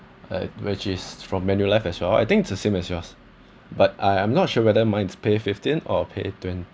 uh which is from manulife as well I think it's the same as yours but I am not sure whether mine is pay fifteen or pay twenty